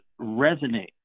resonate